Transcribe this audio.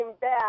back